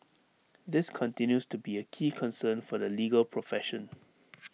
this continues to be A key concern for the legal profession